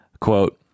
Quote